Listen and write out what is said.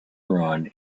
run